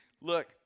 Look